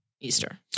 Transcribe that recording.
Easter